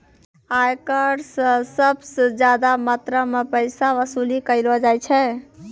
आयकर स सबस ज्यादा मात्रा म पैसा वसूली कयलो जाय छै